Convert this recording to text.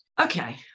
Okay